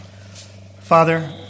Father